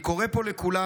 אני קורא פה לכולם,